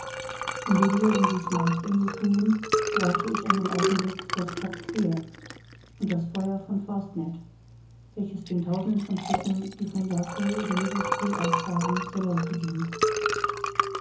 indem wir um die smaragd insel fuhren gewahrte ich einen augenblick das cap clear und das feuer von fastenet welches den tausenden von schiffen die von glasgow oder liverpool ausfahren zur leuchte dient